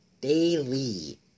Daily